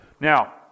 Now